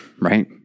right